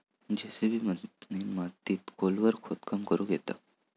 JCB मशिनीन मातीत खोलवर खोदकाम करुक येता